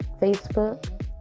Facebook